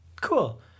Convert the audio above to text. Cool